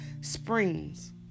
springs